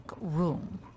room